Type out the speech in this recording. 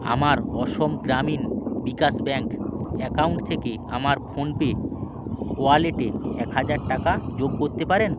আমার Assam Gramin Vikash bank account থেকে আমার ফোনপে ওয়ালেটে এক হাজার টাকা যোগ করতে পারেন